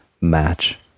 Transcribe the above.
match